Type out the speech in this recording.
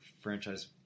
franchise